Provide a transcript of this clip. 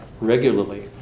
regularly